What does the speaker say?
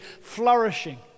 flourishing